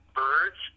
birds